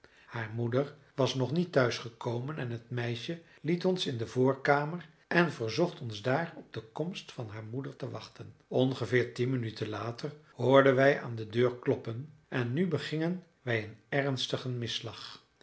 haar moeder was nog niet thuis gekomen en het meisje liet ons in de voorkamer en verzocht ons daar op de komst van haar moeder te wachten ongeveer tien minuten later hoorden wij aan de deur kloppen en nu begingen wij een ernstigen misslag